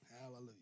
Hallelujah